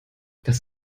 das